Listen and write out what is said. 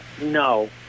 No